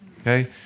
okay